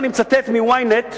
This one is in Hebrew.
אני מצטט מ-Ynet,